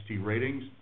ratings